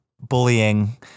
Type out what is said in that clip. bullying